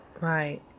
Right